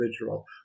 individual